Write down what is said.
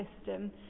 system